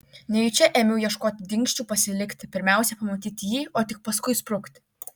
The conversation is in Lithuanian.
nejučia ėmiau ieškoti dingsčių pasilikti pirmiausia pamatyti jį o tik paskui sprukti